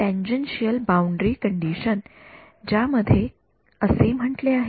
tangential boundary condition ज्यामध्ये असे म्हटले आहे